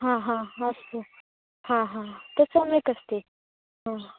हाहा अस्तु हा हा तत्सम्यकस्ति आ